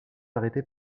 arrêtés